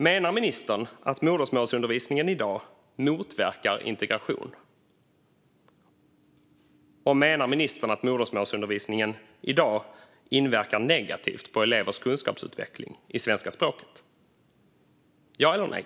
Menar ministern att modersmålsundervisningen i dag motverkar integration? Menar ministern att modersmålsundervisningen i dag inverkar negativt på elevers kunskapsutveckling i svenska språket? Ja eller nej?